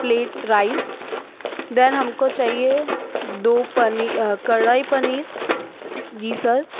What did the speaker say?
plate rice then हमको चाहिए दो कड़ाई पनीर जी सर